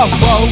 whoa